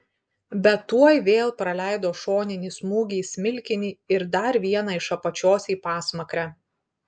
bet tuoj vėl praleido šoninį smūgį į smilkinį ir dar vieną iš apačios į pasmakrę